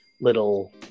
little